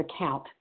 account